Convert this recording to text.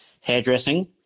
hairdressing